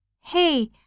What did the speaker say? Hey